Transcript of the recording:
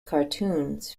cartoons